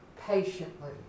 patiently